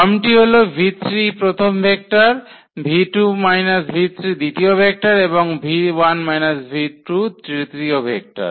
ফর্মটি হল v3 প্রথম ভেক্টর v2 v3 দ্বিতীয় ভেক্টর এবং v1 v2 তৃতীয় ভেক্টর